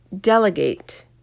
delegate